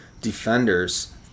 defenders